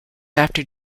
after